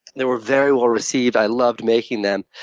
they were very well-received. i loved making them.